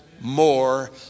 more